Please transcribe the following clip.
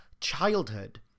childhood